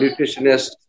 nutritionist